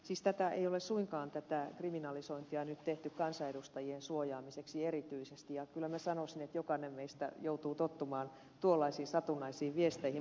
siis tätä kriminalisointia ei ole suinkaan nyt tehty kansanedustajien suojaamiseksi erityisesti ja kyllä minä sanoisin että jokainen meistä joutuu tottumaan tuollaisiin satunnaisiin viesteihin